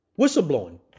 Whistleblowing